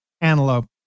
antelope